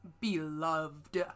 Beloved